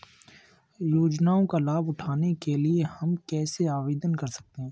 योजनाओं का लाभ उठाने के लिए हम कैसे आवेदन कर सकते हैं?